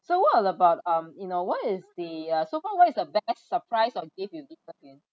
so what about um you know what is the uh so far what is the best surprise or gift you give a